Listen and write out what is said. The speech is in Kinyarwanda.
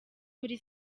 muri